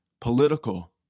political